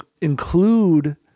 include